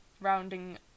rounding